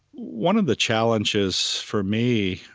one of the challenges for me,